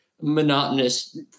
monotonous